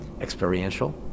experiential